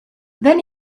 then